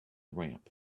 ramp